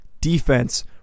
defense